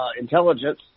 intelligence